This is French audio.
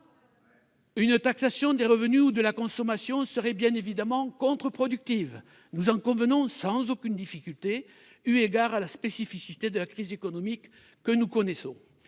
Une taxation des revenus ou de la consommation serait bien évidemment contre-productive, nous en convenons sans aucune difficulté, eu égard à la spécificité de la crise économique que nous traversons.